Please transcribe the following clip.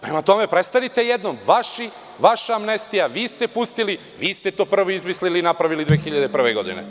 Prema tome, prestanite jednom, vaša amnestija, vi ste pustili, vi ste to prvi izmislili i napravili 2001. godine.